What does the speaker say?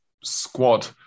squad